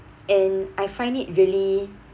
and I find it really